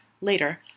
later